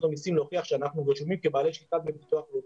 המסים להוכיח שאנחנו רשומים כבעלי שליטה בביטוח לאומי.